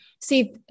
See